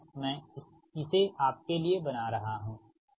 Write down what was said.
फिलहाल मैं इसे आपके लिए बना रहा हूं